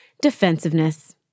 defensiveness